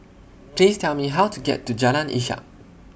Please Tell Me How to get to Jalan Ishak